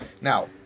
Now